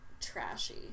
trashy